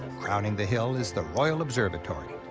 crowning the hill is the royal observatory,